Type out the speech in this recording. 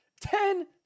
ten